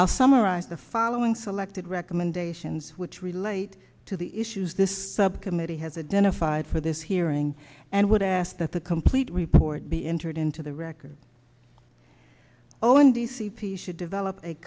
i'll summarize the following selected recommendations which relate to the issues this subcommittee has a den of five for this hearing and would ask that the complete report be entered into the record oh and the c p should develop a